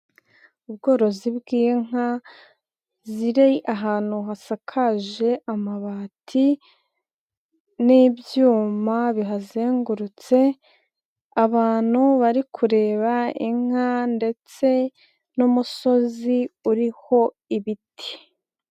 Ubworozi bw'inka ,ziri ahantu hasakaje amabati n'ibyuma bihazengurutse ,abantu bari kureba inka ndetse n'umusozi uriho ibiti.